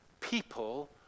People